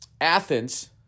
Athens